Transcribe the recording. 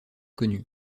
connus